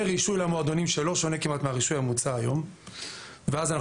ורישוי למועדונים שלא שונה כמעט מהרישוי המוצע היום - ואז אנחנו